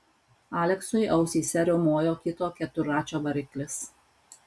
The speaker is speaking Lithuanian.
aleksui ausyse riaumojo kito keturračio variklis